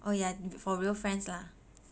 oh ya for real friends lah